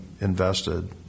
invested